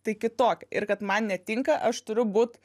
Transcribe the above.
tai kitokia ir kad man netinka aš turiu būt